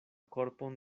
korpon